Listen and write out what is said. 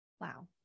Wow